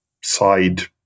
side